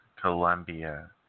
Colombia